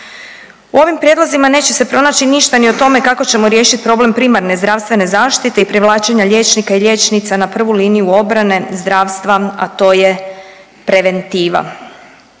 U ovim prijedlozima neće se pronaći ništa ni o tome kako ćemo riješit problem primarne zdravstvene zaštite i privlačenja liječnika i liječnica na prvu liniju obrane zdravstva, a to je preventiva,